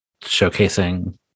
showcasing